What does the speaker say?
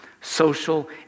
social